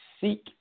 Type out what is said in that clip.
seek